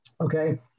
Okay